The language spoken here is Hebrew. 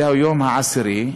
זה היום העשירי,